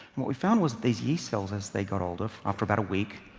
what we found was these yeast cells as they got older, after about a week,